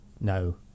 No